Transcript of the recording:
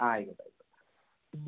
ആ ആയിക്കോട്ടെ ആയിക്കോട്ടെ